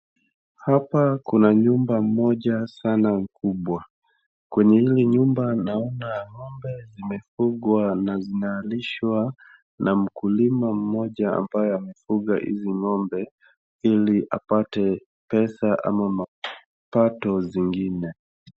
Hapa kuna nyumba moja sana kubwa, kwenye hili nyumba naona ngombe wamefungwa na zinalishwa na mkulima mmoja ambaye amefuga hizi ngombe ili apate pesa ama mapato zingine.